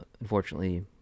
Unfortunately